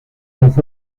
las